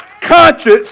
conscience